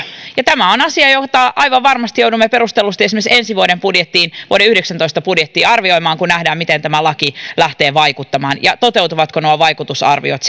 tämä on asia jota aivan varmasti joudumme perustellusti esimerkiksi ensi vuoden budjettiin vuoden kaksituhattayhdeksäntoista budjettiin arvioimaan kun nähdään miten tämä laki lähtee vaikuttamaan ja toteutuvatko nuo vaikutusarviot